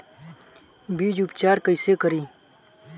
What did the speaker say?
बीज उपचार कईसे करी?